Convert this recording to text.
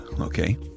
okay